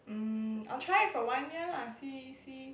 mm I'll try it for one year lah see see